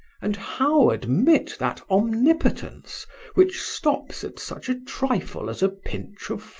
and how admit that omnipotence which stops at such a trifle as a pinch of